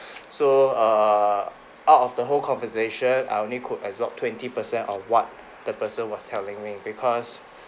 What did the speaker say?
so err out of the whole conversation I only could absorb twenty percent of what the person was telling me because